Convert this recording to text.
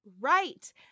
right